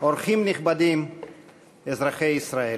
עורך-דין יהודה וינשטיין,